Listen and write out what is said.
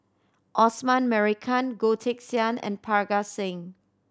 Osman Merican Goh Teck Sian and Parga Singh